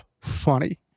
funny